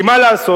כי מה לעשות,